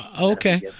Okay